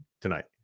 tonight